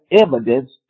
evidence